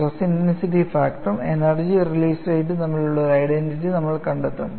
stress intensity ഫാക്ടറും energy release റേറ്റും തമ്മിലുള്ള ഒരു ഐഡന്റിറ്റി നമ്മൾ കണ്ടെത്തും